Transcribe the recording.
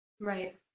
Right